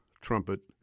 trumpet